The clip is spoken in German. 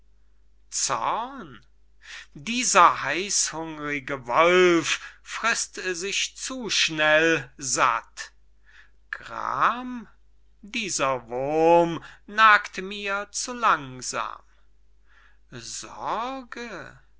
zorn dieser heißhungrige wolf frißt sich zu schnell satt sorge dieser wurm nagt mir zu langsam